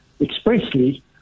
expressly